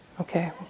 Okay